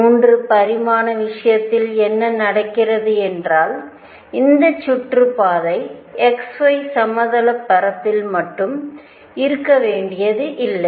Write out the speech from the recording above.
3 பரிமாண விஷயதில் என்ன நடக்கிறது என்றால் இந்த சுற்றுப்பாதை xy சமதளப் பரப்பில் மட்டும் இருக்க வேண்டியதில்லை